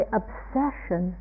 obsession